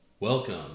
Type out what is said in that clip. Welcome